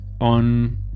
on